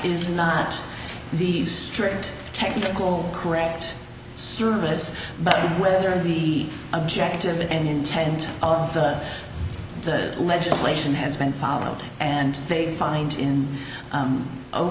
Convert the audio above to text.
is not these strict technical correct service but whether the objective and intent of the legislation has been followed and they find in